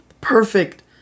perfect